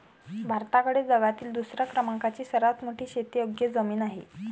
भारताकडे जगातील दुसऱ्या क्रमांकाची सर्वात मोठी शेतीयोग्य जमीन आहे